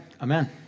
Amen